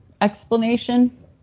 explanation